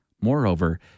Moreover